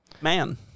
Man